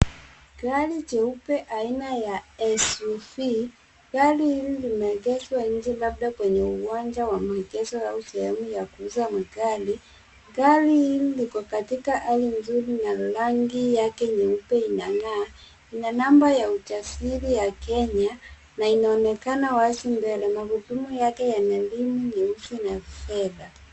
Gari jeupe aina ya SUV. Gari hili limeegezwa nje labda kwenye uwanja wa maegezo au sehemu ya kuuza magari. Gari hili liko katika hali nzuri na rangi yake nyeupe inangaa na namba ya usajili ya Kenya na inaonekana wazi mbele. Magurudumu yake yana rimu nyeusi na fedha.